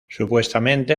supuestamente